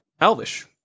elvish